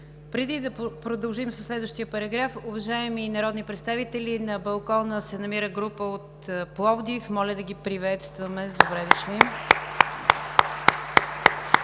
Преди да продължим със следващия параграф, уважаеми народни представители, на балкона се намира група от Пловдив. Моля да ги приветстваме с „Добре дошли!“.